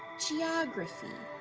geography.